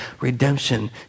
redemption